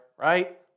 right